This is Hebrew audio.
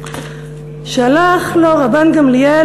"שלח לו רבן גמליאל",